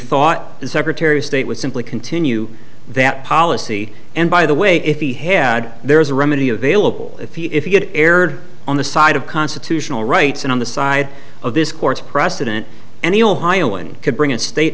thought the secretary of state would simply continue that policy and by the way if he had there is a remedy available if he if you get erred on the side of constitutional rights and on the side of this court's precedent and the ohio and could bring in state